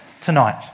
tonight